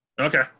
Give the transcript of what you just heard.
Okay